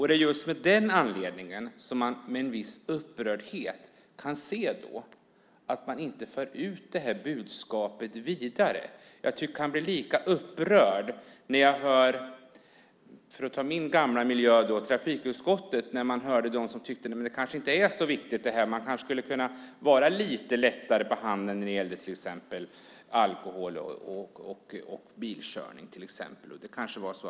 Det är just av den anledningen man med viss upprördhet ser att budskapet inte förs vidare. För att ta ett exempel från min tidigare miljö, trafikutskottet, kan jag säga att jag blir lika upprörd nu som när jag då hörde somliga säga att det inte var så viktigt med exempelvis alkohol och bilkörning, att man kanske kunde lätta lite på handen.